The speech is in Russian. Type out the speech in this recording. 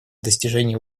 достижения